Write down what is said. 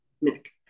Nick